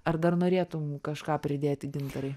ar dar norėtum kažką pridėti gintarai